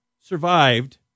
survived